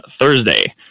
Thursday